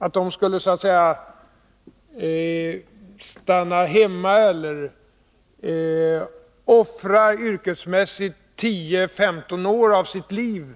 Att kvinnorna skulle stanna hemma eller yrkesmässigt offra 10 till 15 år av sitt liv